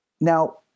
Now